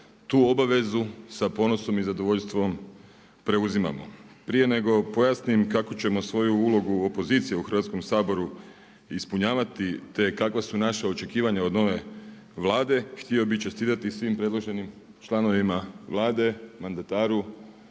Tu obvezu sa ponosom i zadovoljstvom preuzimamo. Prije nego pojasnim kako ćemo svoju ulogu opozicije u Hrvatskom saboru ispunjavati te kakva su naša očekivanja od nove Vlade htio bih čestitati svim predloženim članovima Vlade, mandataru,